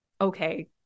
Okay